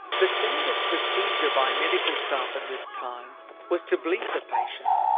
the standard procedure by medical staff at this time was to bleed the patient.